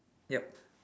yup